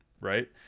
right